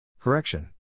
Correction